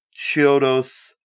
Chiodos